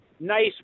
Nice